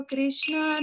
Krishna